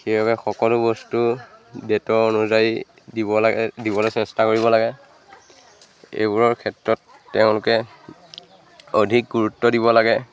সেইবাবে সকলো বস্তু ডেটৰ অনুযায়ী দিব লাগে দিবলৈ চেষ্টা কৰিব লাগে এইবোৰৰ ক্ষেত্ৰত তেওঁলোকে অধিক গুৰুত্ব দিব লাগে